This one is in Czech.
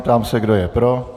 Ptám se, kdo je pro?